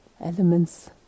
elements